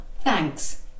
Thanks